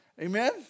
amen